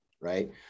right